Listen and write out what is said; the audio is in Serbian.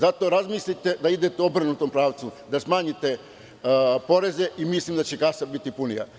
Zato razmislite da idete u obrnutom pravcu, da smanjite poreze i mislim da će kasa biti punija.